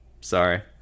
Sorry